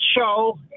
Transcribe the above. show